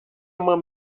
mám